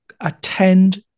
attend